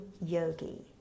yogi